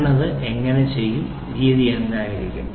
ഞാൻ അത് എങ്ങനെ ചെയ്യും രീതി എന്തായിരിക്കണം